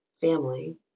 family